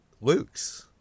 Luke's